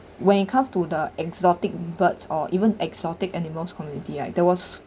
when it comes to the exotic birds or even exotic animals community ah there was